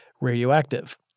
radioactive